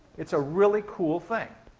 it's a really cool thing.